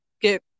get